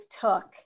took